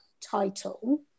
title